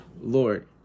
Lord